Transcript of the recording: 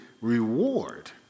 reward